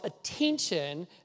attention